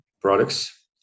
products